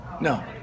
No